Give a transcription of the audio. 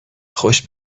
خوش